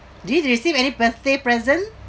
did you receive any birthday present